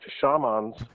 shamans